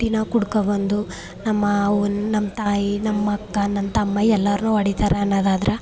ದಿನಾ ಕುಡ್ಕೊ ಬಂದು ನಮ್ಮ ಅವ್ವನ್ನ ನಮ್ಮ ತಾಯಿ ನಮ್ಮ ಅಕ್ಕ ನನ್ನ ತಮ್ಮ ಎಲ್ಲಾರ್ನು ಹೊಡಿತಾರೆ ಅನ್ನೋದಾದ್ರೆ